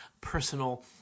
personal